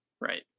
Right